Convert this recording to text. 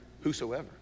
whosoever